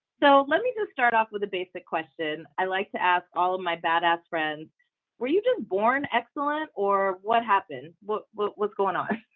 so, let me just start off with a basic question. i like to ask all of my badass friends were you just born excellent or what happened? what what was going on?